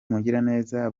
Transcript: mugiraneza